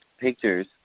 pictures